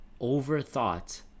overthought